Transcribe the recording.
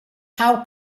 how